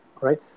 right